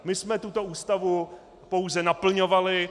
My jsme tuto Ústavu pouze naplňovali.